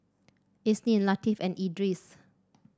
Isnin Latif and Idris